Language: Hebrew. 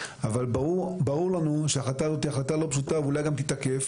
אבל ברור לנו שההחלטה הזאת היא החלטה לא פשוטה ואולי גם תיתקף,